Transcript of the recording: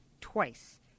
twice